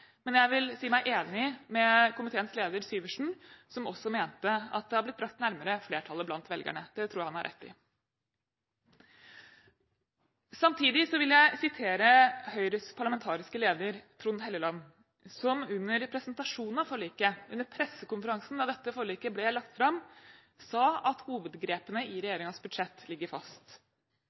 Men jeg vil si meg enig med komiteens leder, Syversen, som også mente at det har blitt brakt nærmere flertallet blant velgerne. Det tror jeg han har rett i. Samtidig vil jeg referere til Høyres parlamentariske leder, Trond Helleland, som under presentasjonen av forliket, under pressekonferansen da dette forliket ble lagt fram, sa at hovedgrepene i regjeringens budsjett ligger fast.